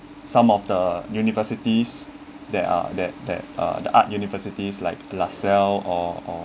some of the universities that are that that uh the art universities like lasalle or or